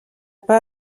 pas